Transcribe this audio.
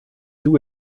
doe